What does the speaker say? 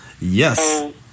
yes